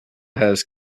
has